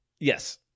Yes